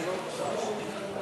אנחנו נבדוק את הדברים.